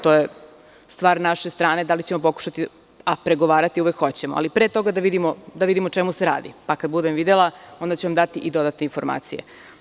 To je stvar naše strane, da li ćemo pokušati, a pregovarati uvek hoćemo, ali pre toga da vidimo o čemu se radi, pa kad budem videla, onda ću vam dati i dodatne informacije.